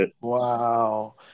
Wow